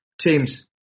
teams